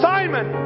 Simon